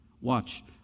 Watch